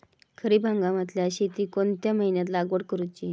खरीप हंगामातल्या शेतीक कोणत्या महिन्यात लागवड करूची?